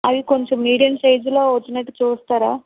అవి కొంచం మీడియం సైజులో వచ్చినట్టు చూస్తారా